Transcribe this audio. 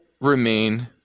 remain